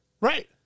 Right